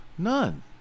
None